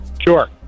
Sure